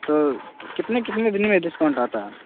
تو کتنے کتنے دن میں ڈسکاؤنٹ آتا